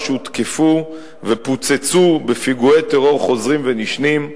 שהותקפו ופוצצו בפיגועי טרור חוזרים ונשנים,